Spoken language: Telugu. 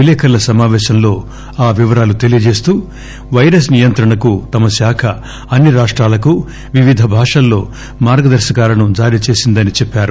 విలేఖరుల సమాపేశంలో ఆ వివరాలు తెలియచేస్తూ వైరస్ నియంత్రణ కు తమ శాఖ అన్న రాష్టాలకు వివిధ భాషల్లో మార్గదర్సకాలను జారీచేసిందని చెప్పారు